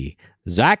Zach